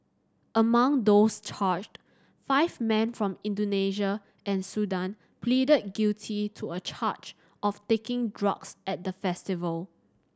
among those charged five men from Indonesia and Sudan pleaded guilty to a charge of taking drugs at the festival